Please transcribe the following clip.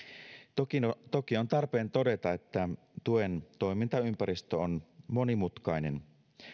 toki toki on tarpeen todeta että tuen toimintaympäristö on monimutkainen